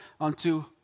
unto